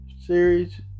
series